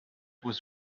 was